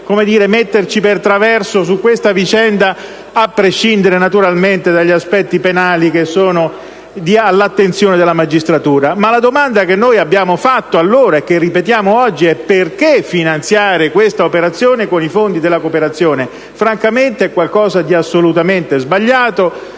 noi metterci per traverso su questa vicenda, a prescindere dagli aspetti legali che sono all'attenzione della magistratura. Ma la domanda che abbiamo posto allora e che ripetiamo oggi è: perché finanziare questa operazione con i fondi della cooperazione? Francamente troviamo che ciò sia assolutamente sbagliato.